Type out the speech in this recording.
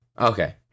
okay